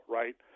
right